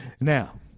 Now